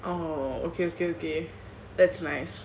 orh okay okay okay that's nice